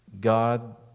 God